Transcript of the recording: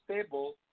stable